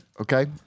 Okay